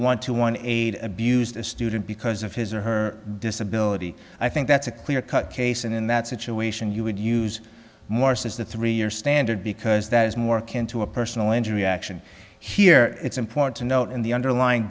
want to one aide abused a student because of his or her disability i think that's a clear cut case in that situation you would use more says the three year standard because that is more akin to a personal injury action here it's important to note in the underlying